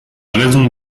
raison